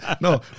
No